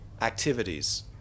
activities